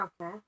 Okay